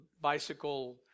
bicycle